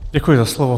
Děkuji za slovo.